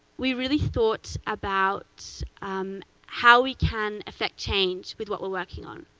we really thought about how we can effect change with what we're working on,